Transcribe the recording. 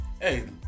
Hey